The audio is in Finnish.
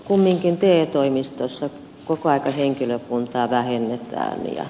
kumminkin teen toimistossa on kaikki henkilökuntaa vähennetään ja